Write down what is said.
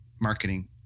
marketing